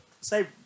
say